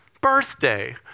birthday